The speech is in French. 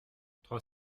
trois